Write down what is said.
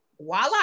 Voila